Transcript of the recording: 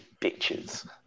bitches